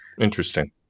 Interesting